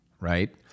right